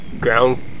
ground